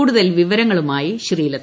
കൂടുതൽ വിവരങ്ങളുമായി ശ്രീലത